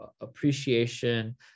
appreciation